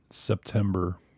September